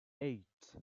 eight